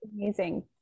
amazing